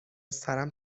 سرم